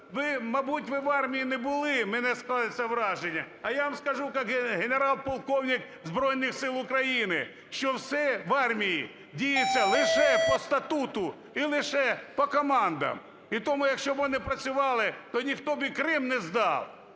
мабуть, ви в армії не були, у мене склалося враження. А я вам скажу как генерал-полковник Збройних Сил України, що все в армії діється лише по статуту, і лише по командам. І тому якщо б вони працювали, то ніхто б і Крим не здав.